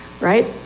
right